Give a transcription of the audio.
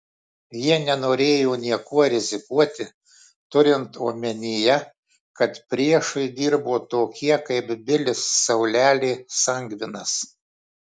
jie nenorėjo niekuo rizikuoti turint omenyje kad priešui dirbo tokie kaip bilis saulelė sangvinas